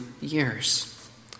years